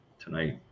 tonight